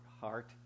heart